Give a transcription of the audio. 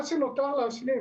מה שנותר להשלים,